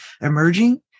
emerging